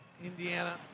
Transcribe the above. Indiana